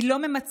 היא לא ממצה,